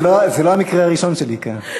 זה לא המקרה הראשון שלי כאן.